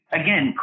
again